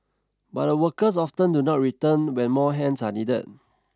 but the workers often do not return when more hands are needed